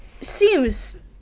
seems